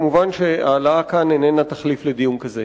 מובן שהעלאה כאן איננה תחליף לדיון כזה.